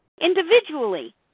Individually